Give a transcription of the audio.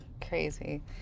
Crazy